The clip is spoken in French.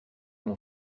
mon